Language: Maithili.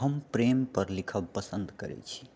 हम प्रेम पर लिखब पसन्द करैत छी